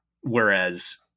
Whereas